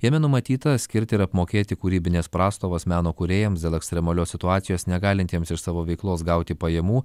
jame numatyta skirti ir apmokėti kūrybines prastovas meno kūrėjams dėl ekstremalios situacijos negalintiems iš savo veiklos gauti pajamų